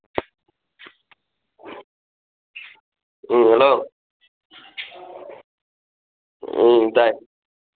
ꯎꯝ hello um ꯇꯥꯏ